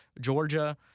Georgia